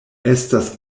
estas